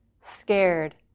scared